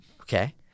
Okay